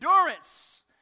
endurance